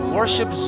Worship